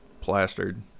plastered